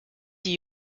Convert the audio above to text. die